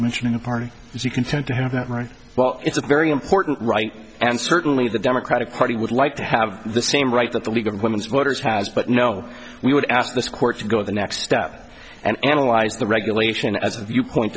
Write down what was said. mentioning the party as you can tend to have that right well it's a very important right and certainly the democratic party would like to have the same rights that the league of women voters has but no we would ask this court to go the next step and analyze the regulation as a viewpoint